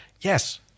yes